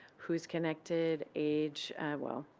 who is connected, age well,